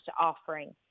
offering